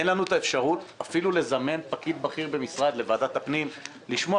אין לנו אפשרות אפילו לזמן פקיד בכיר במשרד לוועדת הפנים על מנת לשמוע